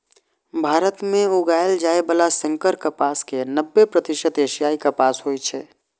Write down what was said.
भारत मे उगाएल जाइ बला संकर कपास के नब्बे प्रतिशत एशियाई कपास होइ छै